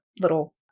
little